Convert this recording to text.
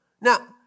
Now